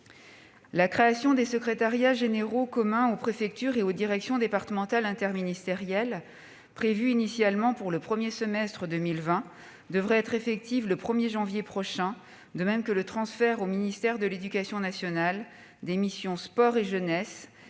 La création des secrétariats généraux communs aux préfectures et aux directions départementales interministérielles, prévue initialement pour le premier semestre 2020, devrait être effective le 1 janvier prochain, de même que le transfert au ministère de l'éducation nationale des missions sport et jeunesse